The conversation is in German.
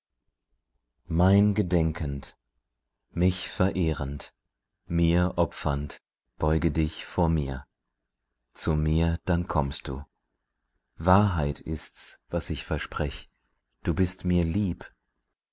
mein gedenkend mich verehrend mir opfernd beuge dich vor mir zu mir dann kommst du wahrheit ist's was ich versprech du bist mir lieb